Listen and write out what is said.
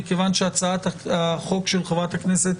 מכיוון שהצעת החוק של חברת הכנסת